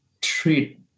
treat